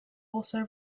also